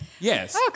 Yes